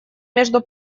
между